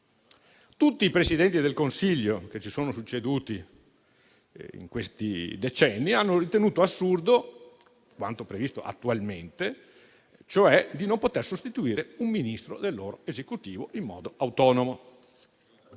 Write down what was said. Tutti i Presidenti del Consiglio che si sono succeduti in questi decenni hanno ritenuto assurdo quanto previsto attualmente, cioè di non poter sostituire un Ministro del loro Esecutivo in modo autonomo,